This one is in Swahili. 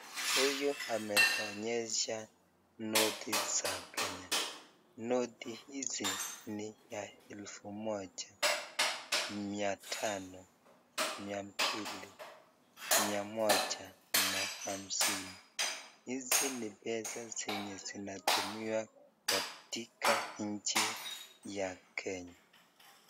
Huyu ameonyesha noti ya Kenya. Noti hizi ni ya elfu moja, mia tano, mia mbili, mia moja na hamsini. Hizi ni pesa zenye zinatumiwa katika nchi ya Kenya.